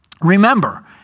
Remember